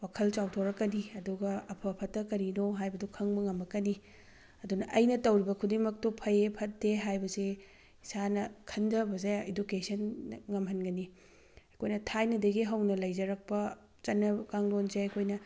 ꯋꯥꯈꯜ ꯆꯥꯎꯊꯣꯔꯛꯀꯅꯤ ꯑꯗꯨꯒ ꯑꯐ ꯐꯠꯇ ꯀꯔꯤꯅꯣ ꯍꯥꯏꯕꯗꯨ ꯈꯪꯕ ꯉꯝꯂꯛꯀꯅꯤ ꯑꯗꯨꯅ ꯑꯩꯅ ꯇꯧꯔꯤꯕ ꯈꯨꯗꯤꯡꯃꯛꯇꯣ ꯐꯩꯌꯦ ꯐꯠꯇꯦ ꯍꯥꯏꯕꯁꯦ ꯏꯁꯥꯅ ꯈꯟꯊꯕꯁꯦ ꯏꯗꯨꯀꯦꯁꯟꯅ ꯉꯝꯍꯟꯒꯅꯤ ꯑꯩꯈꯣꯏꯅ ꯊꯥꯏꯅꯗꯒꯤ ꯍꯧꯅ ꯂꯩꯖꯔꯛꯄ ꯆꯠꯅ ꯀꯥꯡꯂꯣꯟꯁꯦ ꯑꯩꯈꯣꯏꯅ